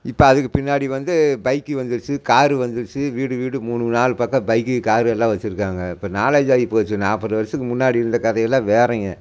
இப்போ அதுக்கு பின்னாடி வந்து பைக்கு வந்துடுச்சு கார் வந்துடுச்சு வீடு வீடு மூணு நாலு பக்கம் பைக்கு கார் எல்லாம் வச்சுருக்காங்க இப்போ நாலேஜ் ஆகி போயிடுச்சு நாற்பது வருஷத்துக்கு முன்னாடி இருந்த கதை எல்லாம் வேறங்க